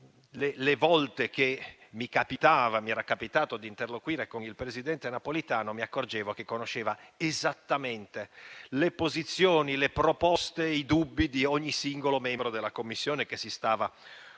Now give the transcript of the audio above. le volte che mi era capitato di interloquire con il presidente Napolitano mi accorgevo che conosceva esattamente le posizioni, le proposte e i dubbi di ogni singolo membro della Commissione che si stava occupando